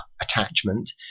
attachment